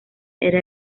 era